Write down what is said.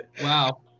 Wow